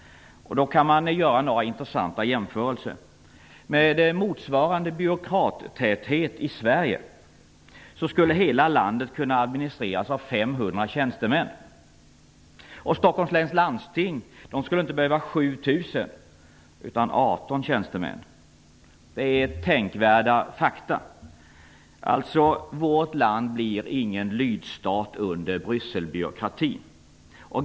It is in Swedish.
Här kan man göra några intressanta jämförelser. Med motsvarande byråkrattäthet i Sverige skulle hela landet kunna administreras av 500 tjänstemän. Stockholms läns landsting skulle inte behöva 7 000 utan 18 tjänstemän. Detta är tänkvärda fakta. Alltså, vårt land blir ingen lydstat under Brysselbyråkratin.